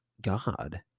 God